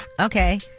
Okay